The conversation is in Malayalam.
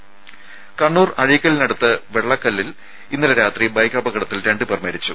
ദേദ കണ്ണൂർ അഴീക്കലിനടുത്ത് വെള്ളക്കല്ലിൽ ഇന്നലെ രാത്രി ബൈക്ക് അപകടത്തിൽ രണ്ട് പേർ മരിച്ചു